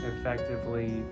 effectively